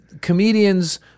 Comedians